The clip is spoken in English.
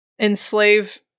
enslave